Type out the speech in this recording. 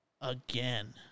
again